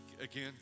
again